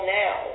now